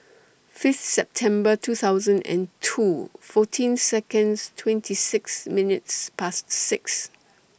Fifth September two thousand and two fourteen Seconds twenty six minutes Past six